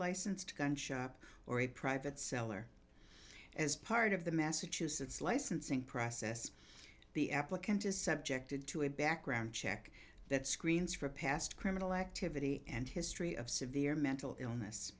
licensed gun shop or a private seller as part of the massachusetts licensing process the applicant is subjected to a background check that screens for past criminal activity and history of severe mental illness